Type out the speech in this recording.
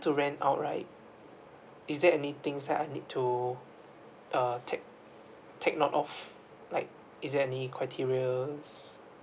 to rent out right is there any things that I need to uh take take note of like is there any criteria